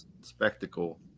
spectacle